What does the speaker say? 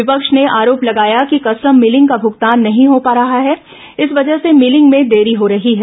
विपक्ष ने आरोप लगाया कि कस्टम मिलिंग का भुगतान नहीं हो पा रहा है इस वजह से भिलिंग में देरी हो रही है